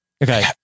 Okay